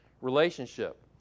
relationship